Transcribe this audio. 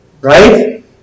Right